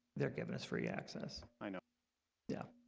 they're giving us free access. you know yeah